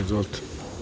Izvolite.